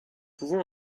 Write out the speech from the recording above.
pouvons